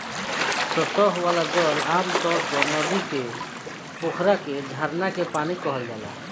सतह वाला जल आमतौर पर नदी के, पोखरा के, झरना के पानी कहल जाला